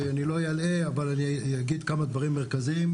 אני לא אלאה אבל אגיד כמה דברים מרכזיים,